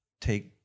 take